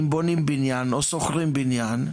אם בונים בניין או שוכרים בניין,